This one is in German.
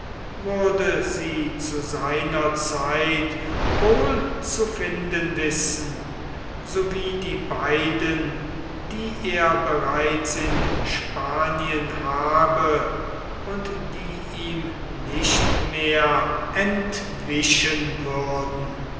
würde sie zu seiner zeit wohl zu finden wissen so wie die beiden die er bereits in spanien habe und die ihm nicht mehr entwischen würden